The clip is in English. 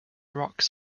rocks